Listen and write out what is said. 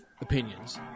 opinions